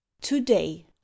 Today